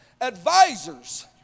advisors